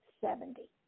Seventy